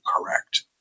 correct